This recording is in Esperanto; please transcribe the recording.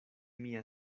mia